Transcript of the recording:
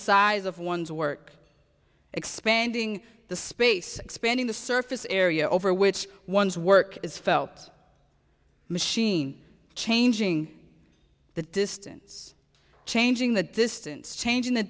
size of one's work expanding the space expanding the surface area over which one's work is felt machine changing the distance changing the distance changing the